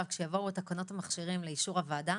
כשיבואו תקנות המכשירים לאישור הוועדה,